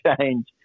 change